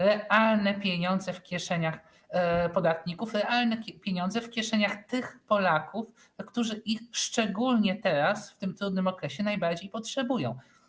Realne pieniądze w kieszeniach podatników, realne pieniądze w kieszeniach tych Polaków, którzy ich szczególnie teraz, w tym trudnym okresie najbardziej potrzebują.